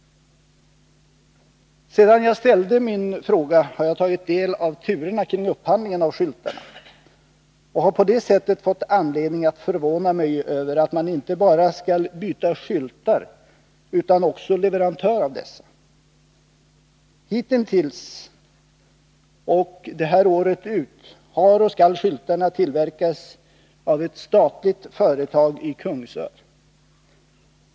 Sedan jag ställde min fråga har jag tagit del av turerna kring upphandlingen av skyltarna och har på det sättet fått anledning att förvåna mig över att man skall byta inte bara skyltar utan också leverantör av dessa. Hitintills har skyltarna tillverkats, och kommer hela detta år att tillverkas, av ett statligt företag i Kungsör.